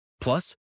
Plus